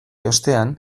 ostean